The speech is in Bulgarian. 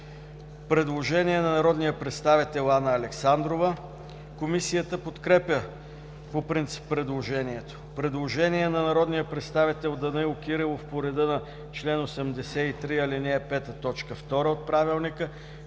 Предложение на народния представител Анна Александрова. Комисията подкрепя по принцип предложението. Предложение на народния представител Данаил Кирилов по реда на чл. 83, ал. 5. т. 2 от Правилника.